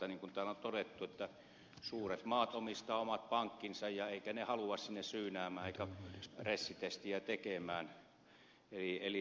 niin kuin täällä on todettu suuret maat omistavat omat pankkinsa eivätkä ne halua sinne muita syynäämään eikä stressitestejä tekemään